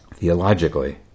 Theologically